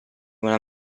una